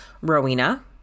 Rowena